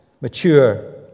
mature